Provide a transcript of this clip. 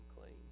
clean